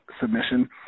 submission